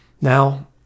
Now